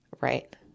Right